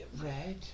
red